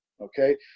Okay